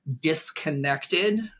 disconnected